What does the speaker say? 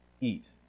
Eat